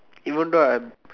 even though I'm